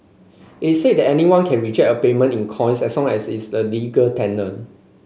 it say that anyone can reject a payment in coins as long as is the legal tender